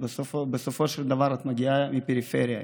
בסופו של דבר את מגיעה מהפריפריה.